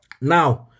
now